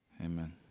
Amen